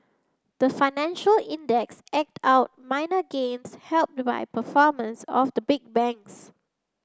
the financial index eked out minor gains helped by performance of the big banks